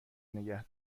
نگه